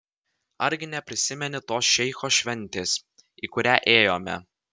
argi neprisimeni tos šeicho šventės į kurią ėjome